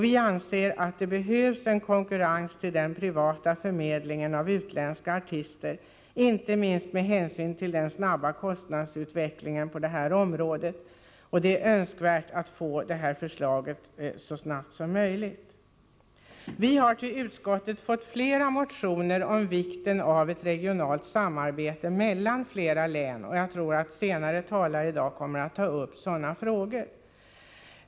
Vi anser också att det behövs en konkurrens till den privata förmedlingen av utländska artister, inte minst med hänsyn till den snabba kostnadsutvecklingen på området. Det är önskvärt att ett förslag kan läggas så snabbt som möjligt. För det andra har vi till utskottet fått flera motioner om vikten av ett regionalt samarbete mellan flera län. Jag tror att senare talare i dag kommer att ta upp sådana frågor.